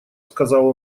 сказал